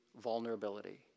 vulnerability